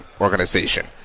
organization